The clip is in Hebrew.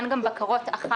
אין גם בקרות אחר-כך,